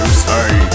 say